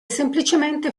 semplicemente